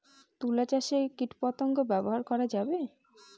তুলা চাষে কীটপতঙ্গ ব্যবহার করা যাবে?